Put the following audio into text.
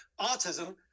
autism